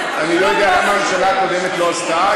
אני לא יודע למה הממשלה הקודמת לא עשתה,